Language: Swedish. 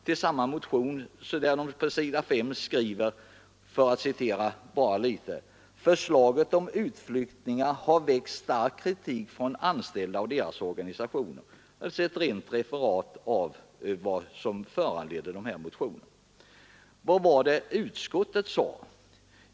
I samma motion skriver man på s. 5 följande: ”Förslaget om utflyttning har väckt stark kritik från anställda och deras organisationer.” Detta var alltså en redogörelse för bakgrunden till de motioner som väcktes. Vad var det då som utskottet sade?